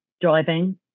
driving